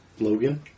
Logan